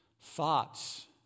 thoughts